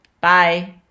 Bye